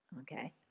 Okay